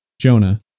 jonah